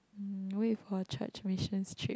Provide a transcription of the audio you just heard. mm wait for church missions trip